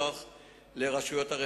רצוני לשאול: